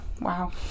Wow